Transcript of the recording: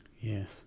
Yes